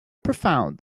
profound